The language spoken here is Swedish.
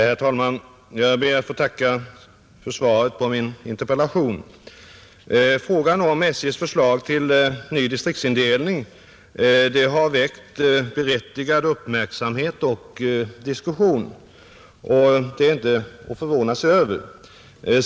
Herr talman! Jag ber att få tacka för svaret på min interpellation. Frågan om SJ:s förslag till ny distriktsindelning har väckt berättigad uppmärksamhet och diskussion, och det är inte att förvåna sig över.